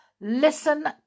listen